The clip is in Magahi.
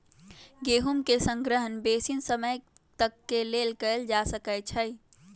गेहूम के संग्रहण बेशी समय तक के लेल कएल जा सकै छइ